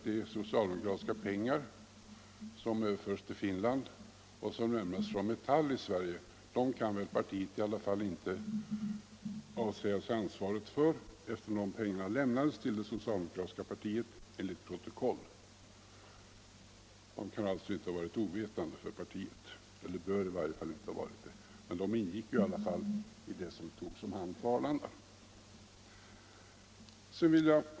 De socialdemokratiska pengar som överförts till Finland och som lämnats från Metall i Sverige kan väl partiet i alla fall inte avsäga sig ansvaret för, eftersom pengarna lämnades till det socialdemokratiska partiet enligt protokoll. Man kan alltså inte ha varit ovetande om dem i partiet — eller bör i varje fall inte ha varit det. De ingick ju i alla fall i det som togs om hand på Arlanda.